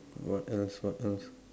what else what else